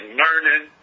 learning